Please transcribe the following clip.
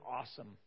awesome